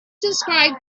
described